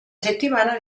settimana